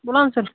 बोला ना सर